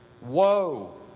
woe